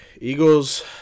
Eagles